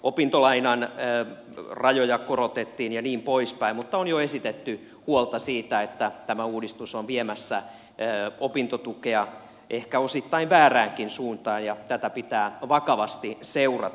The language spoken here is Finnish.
opintolainan rajoja korotettiin ja niin poispäin mutta on jo esitetty huolta siitä että tämä uudistus on viemässä opintotukea ehkä osittain vääräänkin suuntaan ja tätä pitää vakavasti seurata